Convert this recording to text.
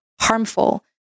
harmful